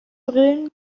brillen